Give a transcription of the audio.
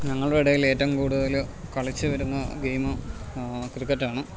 ഞങ്ങളുടെ ഇടയിൽ ഏറ്റവും കൂടുതല് കളിച്ചു വരുന്ന ഗെയിമ് ക്രിക്കറ്റാണ്